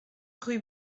rue